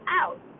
out